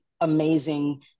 amazing